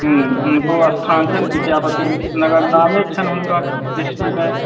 हूँ हुनको स्थान छनि विद्यापति नगर नामे छनि हुनकर बिस्फीमे